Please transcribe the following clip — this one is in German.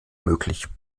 möglich